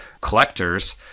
collectors